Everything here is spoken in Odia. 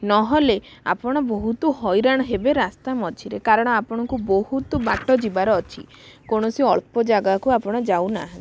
ନହେଲେ ଆପଣ ବହୁତ ହଇରାଣ ହେବେ ରାସ୍ତା ମଝିରେ କାରଣ ଆପଣଙ୍କୁ ବହୁତ ବାଟ ଯିବାର ଅଛି କୌଣସି ଅଳ୍ପ ଜାଗାକୁ ଆପଣ ଯାଉନାହାଁନ୍ତି